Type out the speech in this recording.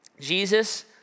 Jesus